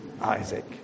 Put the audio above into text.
Isaac